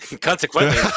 Consequently